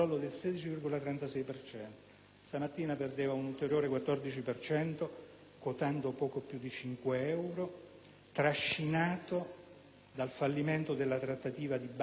(stamattina perdeva un ulteriore 14 per cento, quotando poco più di 5 euro), trascinato dal fallimento della trattativa di Banca Italease (ce la ricordiamo)